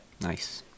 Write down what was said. nice